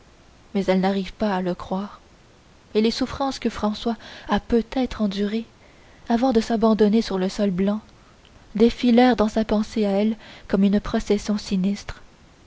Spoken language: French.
mais elle n'arrive pas à le croire et les souffrances que françois a peut-être endurées avant de s'abandonner sur le sol blanc défilent dans sa pensée à elle comme une procession sinistre